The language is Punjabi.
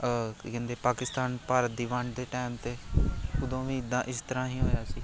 ਕੀ ਕਹਿੰਦੇ ਪਾਕਿਸਤਾਨ ਭਾਰਤ ਦੀ ਵੰਡ ਦੇ ਟਾਈਮ 'ਤੇ ਉਦੋਂ ਵੀ ਇੱਦਾਂ ਇਸ ਤਰ੍ਹਾਂ ਹੀ ਹੋਇਆ ਸੀ